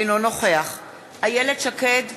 אינו נוכח איילת שקד,